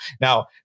Now